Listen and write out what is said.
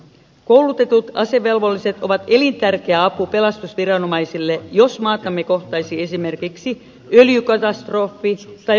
koulutetut asevelvolliset ovat elintärkeä apu pelastusviranomaisille jos maatamme kohtaisi esimerkiksi öljykatastrofi tai jokin muu uhka